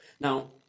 Now